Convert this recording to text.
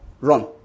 run